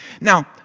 Now